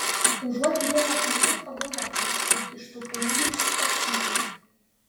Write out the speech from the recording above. užuot lieję pyktį pagalvokime kaip iš tų pinklių išsikapstyti